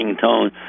tone